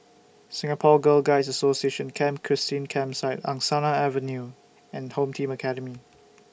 Singapore Girl Guides Association Camp Christine Campsite Angsana Avenue and Home Team Academy